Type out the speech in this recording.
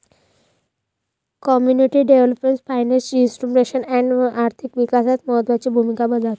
community development financial institution fund आर्थिक विकासात महत्त्वाची भूमिका बजावते